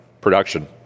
production